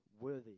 worthy